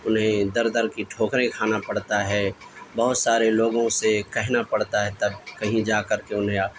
انہیں در در کی ٹھوکریں کھانا پڑتا ہے بہت سارے لوگوں سے کہنا پڑتا ہے تب کہیں جا کر کے انہیں